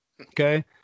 Okay